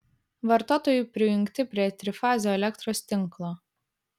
vartotojui prijungti prie trifazio elektros tinklo